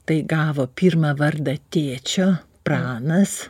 tai gavo pirmą vardą tėčio pranas